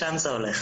לשם זה הולך,